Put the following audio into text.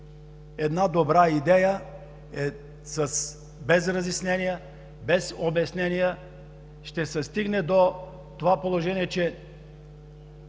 Една добра идея, но без разяснения, без обяснения. Ще се стигне до това положение, че